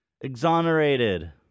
Exonerated